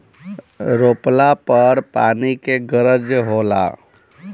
रोपला पर पानी के गरज होला